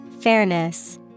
Fairness